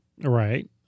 Right